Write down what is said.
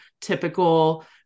typical